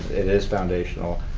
it is foundational.